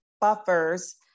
buffers